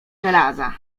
żelaza